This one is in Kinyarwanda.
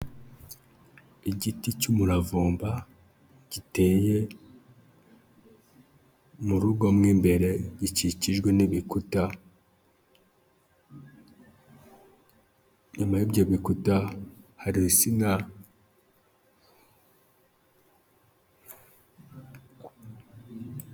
Igiti cy'umuravumba giteye mu rugo mo imbere, gikikijwe n'ibikuta, inyuma y'ibyo bikuta hari insina.